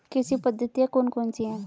कृषि पद्धतियाँ कौन कौन सी हैं?